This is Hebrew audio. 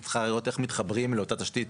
היא צריכה לראות איך מתחברים לאותה תשתית,